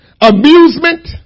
amusement